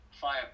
fire